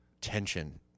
tension